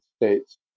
States